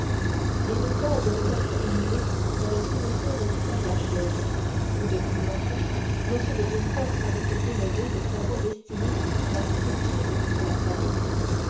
les deux corps devaient être inhumés dans le cimetière du père-lachaise où depuis longtemps m de villefort avait fait élever le caveau destiné à la sépulture de toute sa famille